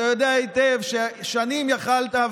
ואתה יודע היטב ששנים יכולת,